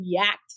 react